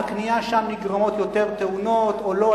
מהקנייה שם נגרמות יותר תאונות או לא,